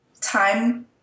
time